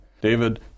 David